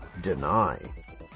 deny